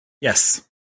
Yes